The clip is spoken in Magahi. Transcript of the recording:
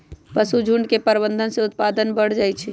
पशुझुण्ड के प्रबंधन से उत्पादन बढ़ जाइ छइ